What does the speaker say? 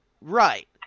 right